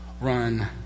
run